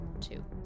two